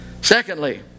Secondly